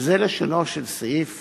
וזה לשונו של סעיף